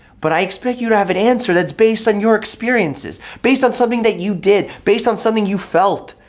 but i expect you to have an answer that's based on your experiences, based on something that you did, based on something you felt,